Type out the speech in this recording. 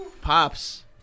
Pops